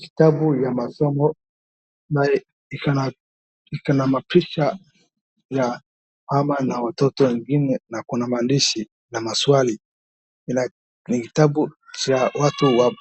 Kitabu ya masomo ambayo iko na mapicha ya mama na watoto na kuna maandishi na maswali ni kitabu cha watu wa